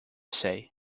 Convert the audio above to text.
say